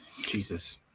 Jesus